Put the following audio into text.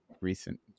recent